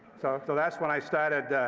so that's when i started